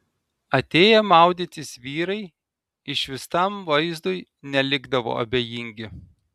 atėję maudytis vyrai išvystam vaizdui nelikdavo abejingi